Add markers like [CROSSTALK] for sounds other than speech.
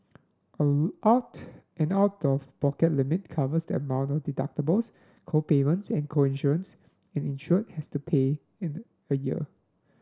[UNINTELLIGIBLE] out an out of pocket limit covers the amount of deductibles co payments and co insurance an insured has to pay in a year